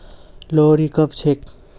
लोहड़ी कब छेक